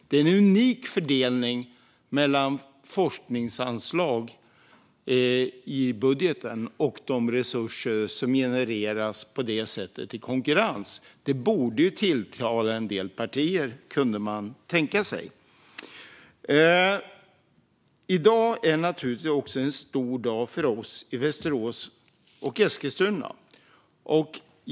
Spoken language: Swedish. Det är en unik fördelning mellan forskningsanslag i budgeten och de resurser som genereras på detta sätt i konkurrens. Det borde ha kunnat tilltala en del partier. I dag är det naturligtvis också en stor dag för oss i Västerås och Eskilstuna.